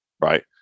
right